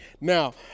Now